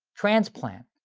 transplant.